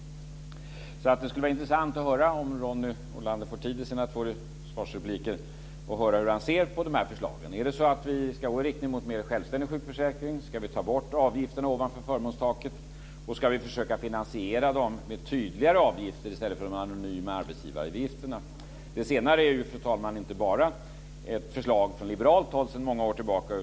Det skulle vara intressant att höra, om Ronny Olander får tid i sina två svarsrepliker, hur han ser på dessa förslag. Ska vi gå i riktning mot mer självständig sjukförsäkring? Ska vi ta bort avgifterna ovanför förmånstaket? Ska vi försöka finansiera dem med tydligare avgifter i stället för med de anonyma arbetsgivaravgifterna? Det senare är ju, fru talman, inte bara ett förslag från liberalt håll sedan många år tillbaka.